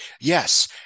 yes